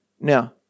Now